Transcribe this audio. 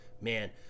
man